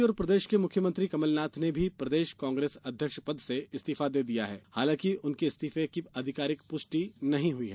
दूसरी ओर प्रदेश के मुख्यमंत्री कमलनाथ ने भी प्रदेश कांग्रेस अध्यक्ष पद से इस्तीफे दे दिया है हालांकि उनके इस्तीफे की आधिकारिक पुष्टि नहीं हुई है